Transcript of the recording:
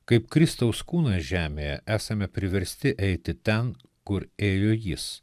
kaip kristaus kūnas žemėje esame priversti eiti ten kur ėjo jis